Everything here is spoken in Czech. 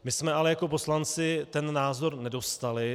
My jsme ale jako poslanci ten názor nedostali.